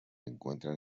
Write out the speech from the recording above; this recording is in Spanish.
encuentran